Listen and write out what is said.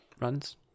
runs